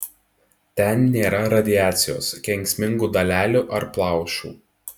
ten nėra radiacijos kenksmingų dalelių ar plaušų